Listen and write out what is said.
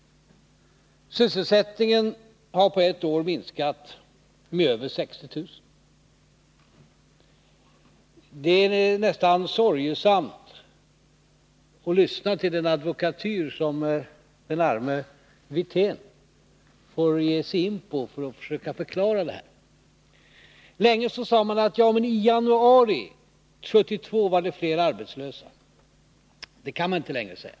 Sysselsättningen har på ett år minskat med över 60 000 arbetstillfällen. Det är nästan sorgesamt att lyssna till den advokatyr som den arme Wirtén får ge sig in på för att försöka förklara detta. Länge sade man att antalet arbetslösa i januari 1972 var större. Det kan man inte säga längre.